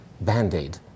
band-aid